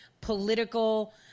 political